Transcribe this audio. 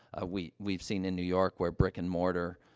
ah, we we've seen, in new york, where brick-and-mortar,